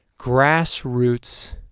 grassroots